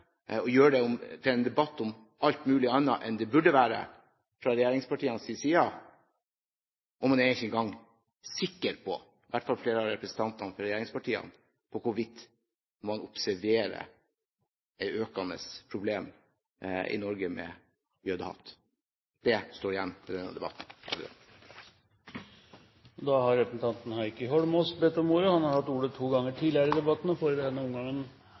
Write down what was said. og gjøre dette om til en debatt om alt mulig annet enn det burde være fra regjeringspartienes side. Man er ikke engang sikker på, i hvert fall gjelder det flere av representantene fra regjeringspartiene, hvorvidt man observerer et økende problem i Norge med hensyn til jødehat. Det står igjen etter denne debatten. Representanten Heikki Holmås har hatt ordet to ganger tidligere og får ordet til en kort merknad, begrenset til 1 minutt. Jeg hadde håpet at innlegget mitt i